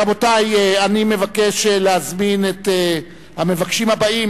רבותי, אני מבקש להזמין את המבקשים הבאים.